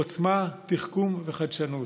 עוצמה, תחכום וחדשנות.